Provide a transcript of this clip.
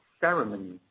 Ceremony